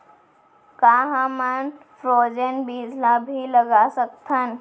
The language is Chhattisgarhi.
का हमन फ्रोजेन बीज ला भी लगा सकथन?